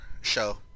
show